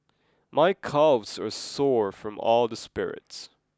my calves are sore from all the sprints